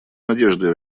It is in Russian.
надеждой